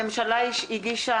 הממשלה הגישה,